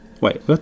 Wait